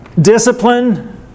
discipline